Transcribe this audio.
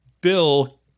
Bill